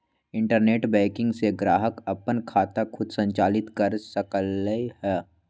internet banking से ग्राहक अप्पन खाता खुद संचालित कर सकलई ह